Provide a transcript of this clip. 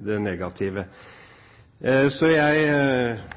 enkeltpersonforetakene. Så jeg